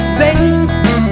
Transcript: baby